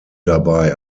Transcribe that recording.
dabei